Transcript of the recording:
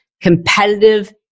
competitive